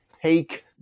Take